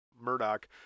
Murdoch